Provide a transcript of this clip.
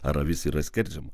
ar avis yra skerdžiama